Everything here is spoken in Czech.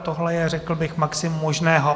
Tohle je, řekl bych, maximum možného.